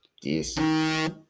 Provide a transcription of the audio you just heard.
Yes